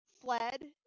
fled